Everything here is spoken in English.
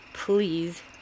please